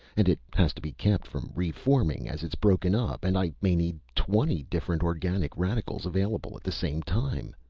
and it has to be kept from reforming as it's broken up, and i may need twenty different organic radicals available at the same time!